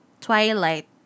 Twilight